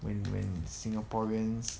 when when singaporeans